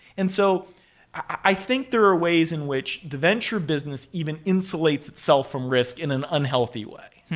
and so i think there are ways in which the venture business even insulates itself from risk in an unhealthy way.